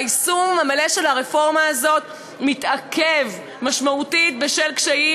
והיישום המלא של הרפורמה הזאת מתעכב משמעותית בשל קשיים